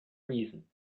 reason